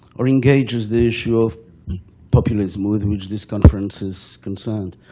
or engages the issue of populism with which this conference is concerned.